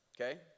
okay